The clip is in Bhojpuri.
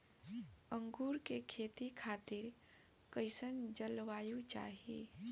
अंगूर के खेती खातिर कइसन जलवायु चाही?